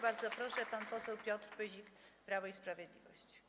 Bardzo proszę, pan poseł Piotr Pyzik, Prawo i Sprawiedliwość.